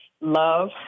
love